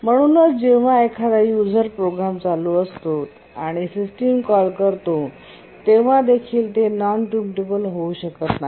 म्हणूनच जेव्हा एखादायुजर्स प्रोग्राम चालू असतो आणि सिस्टम कॉल करतो तेव्हा देखील ते नॉन प्रिम्पटेबल होऊ शकत नाही